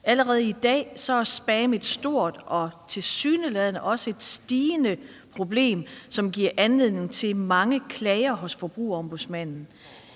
allerede i dag er spam jo et stort og tilsyneladende også stigende problem, som giver anledning til mange klager hos Forbrugerombudsmanden.